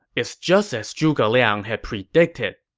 it's just as zhuge liang had predicted,